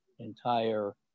entire